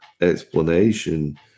explanation